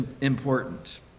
important